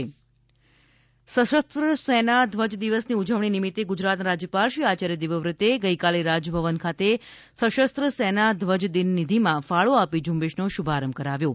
સશસ્ત્ર સેના ધ્વજદિન સશસ્ત્ર સેના ધ્વજ દિનની ઉજવણી નિમિત્તે ગુજરાતના રાજ્યપાલશ્રી આચાર્ય દેવવ્રતે ગઇકાલે રાજભવન ખાતે સશસ્ત્ર સેના ધ્વજ દિન નિધિમાં ફાળો આપી ઝુંબેશનો શુભારંભ કરાવ્યો હતો